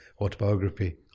autobiography